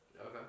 Okay